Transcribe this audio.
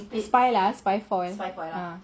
spy lah spy four